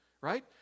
right